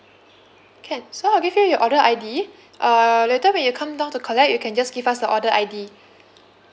can so I give you your order I_D uh later when you come down to collect you can just give us the order I_D